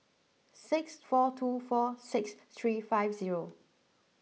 six four two four six three five zero